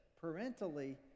Parentally